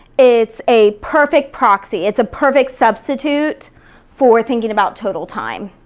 it's a perfect proxy. it's a perfect substitute for thinking about total time.